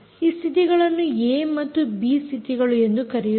ಈ ಸ್ಥಿತಿಗಳನ್ನು ಏ ಮತ್ತು ಬಿ ಸ್ಥಿತಿಗಳು ಎಂದು ಕರೆಯುತ್ತಾರೆ